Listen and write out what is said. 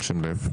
שים לב.